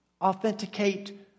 authenticate